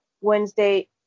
Wednesday